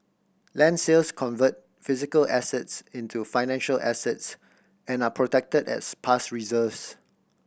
land sales convert physical assets into financial assets and are protected as past reserves